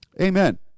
Amen